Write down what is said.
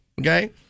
Okay